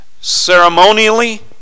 Ceremonially